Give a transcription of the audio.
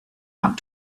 out